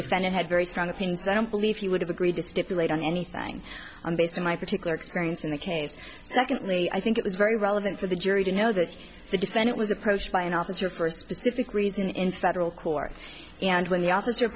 defendant had very strong opinions i don't believe he would have agreed to stipulate on anything i'm basing my particular experience in the case secondly i think it was very relevant for the jury to know that the defendant was approached by an officer first specific reason in federal court and when the o